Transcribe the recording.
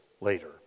later